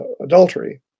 adultery